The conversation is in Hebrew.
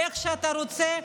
איך שאתה רוצה,